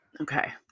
Okay